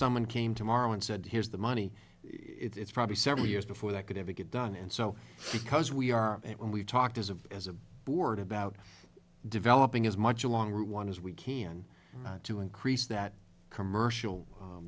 someone came tomorrow and said here's the money it's probably several years before that could ever get done and so because we are and we've talked as a as a board about developing as much along route one as we can to increase that commercial